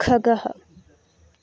खगः